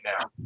now